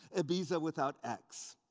ibiza without x?